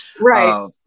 Right